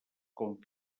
com